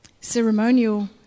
ceremonial